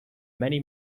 many